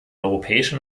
europäische